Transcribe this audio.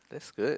that's good